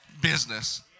business